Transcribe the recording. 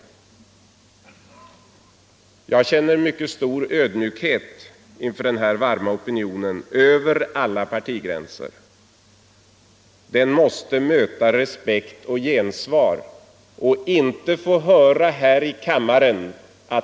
Jag känner stor ödmjukhet inför denna varma opinion över alla partigränser. Den måste möta respekt och gensvar.